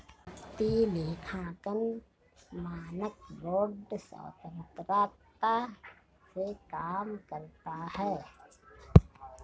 वित्तीय लेखांकन मानक बोर्ड स्वतंत्रता से काम करता है